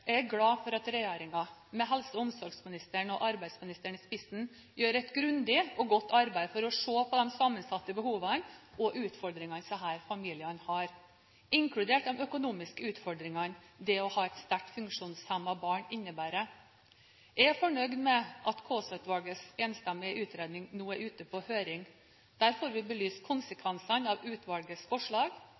Jeg er glad for at regjeringen, med helse- og omsorgsministeren og arbeidsministeren i spissen, gjør et grundig og godt arbeid for å se på de sammensatte behovene og utfordringene som disse familiene har, inkludert de økonomiske utfordringene det å ha et sterkt funksjonshemmet barn, innebærer. Jeg er fornøyd med at Kaasa-utvalgets enstemmige utredning nå er ute på høring. Der får vi belyst konsekvensene av utvalgets forslag,